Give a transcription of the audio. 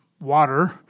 water